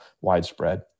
widespread